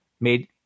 made